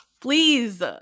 Please